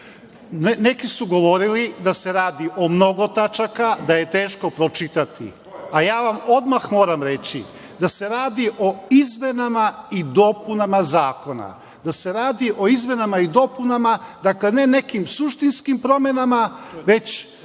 su govorili da se radi o mnogo tačaka, da je teško pročitati, a ja vam odmah moram reći da se radi o izmenama i dopunama zakona, da se radi o izmenama i dopunama, dakle, ne nekim suštinskim promenama, već